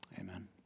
Amen